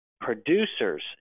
producers